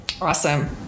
Awesome